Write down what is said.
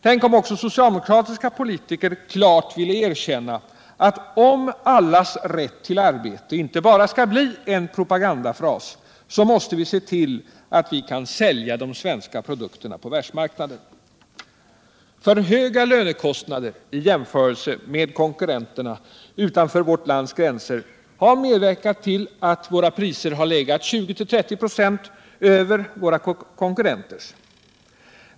Tänk om också socialdemokratiska politiker klart ville erkänna att om allas rätt till arbete inte bara skall bli en propagandafras måste vi se till att vi kan sälja de svenska produkterna på världsmarknaden. För höga lönekostnader jämfört med konkurrenternas utanför vårt lands gränser har medverkat till att våra priser har legat 20-30 96 över våra konkurrenters.